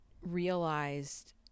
realized